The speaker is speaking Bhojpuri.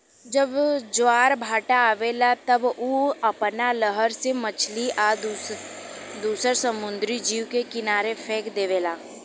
जब ज्वार भाटा आवेला त उ आपना लहर से मछली आ दुसर समुंद्री जीव के किनारे फेक देवेला